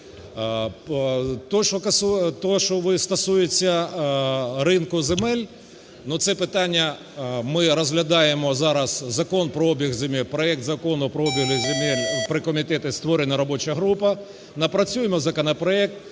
Те, що стосується ринку земель. Ну, це питання… ми розглядаємо зараз закон про обіг, проект Закону про обіг земель. При комітеті створена робоча група. Напрацюємо законопроект,